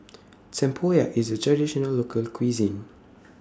Tempoyak IS A Traditional Local Cuisine